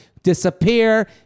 disappear